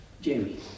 Jamie